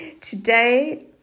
Today